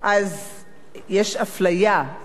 יש אפליה בשטחי המדף.